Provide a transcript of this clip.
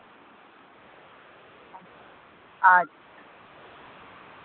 ᱟᱪᱪᱷᱟ